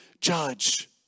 judge